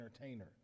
entertainer